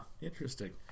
interesting